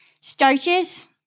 Starches